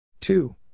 two